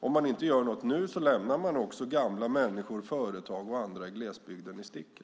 Om man inte gör något nu lämnar man gamla människor, företag och andra i glesbygden i sticket.